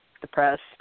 depressed